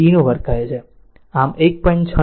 6 વર્ગ 2